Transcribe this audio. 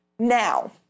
Now